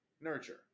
nurture